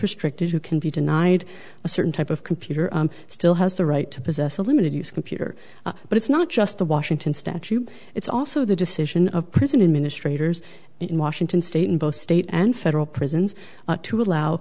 restricted who can be denied a certain type of computer still has the right to possess a limited use computer but it's not just the washington statute it's also the decision of prison in ministry eaters in washington state in both state and federal prisons to